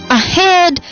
ahead